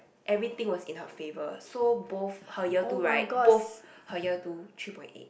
everything was in her favour so both her year two right both her year two three point eight